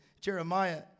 Jeremiah